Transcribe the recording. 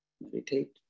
meditate